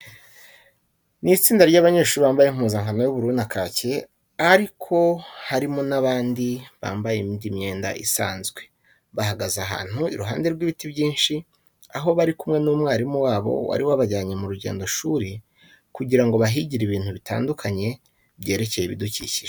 Ni istinda ry'abanyeshuri bambaye impuzankano y'ubururu na kake ariko harimo n'abandi bambaye indi myenda isanzwe. Bahagaze ahantu iruhande rw'ibiti binshi, aho bari kumwe n'umwarimu wabo wari wabajyanye mu rugendoshuri kugira ngo bahigire ibintu bitandukanye byerekeye ibidukikije.